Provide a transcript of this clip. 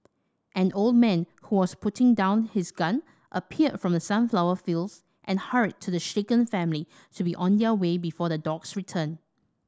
an old man who was putting down his gun appeared from the sunflower fields and hurried the shaken family to be on their way before the dogs return